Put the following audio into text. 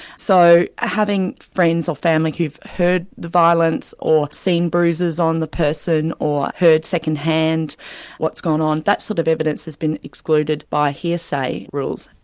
so having friends or family who've heard the violence, or seen bruises on the person, or heard second-hand what's gone on, that sort of evidence has been excluded by hearsay rules.